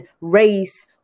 race